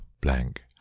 blank